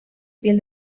piel